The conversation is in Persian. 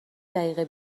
دقیقه